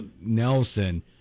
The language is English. Nelson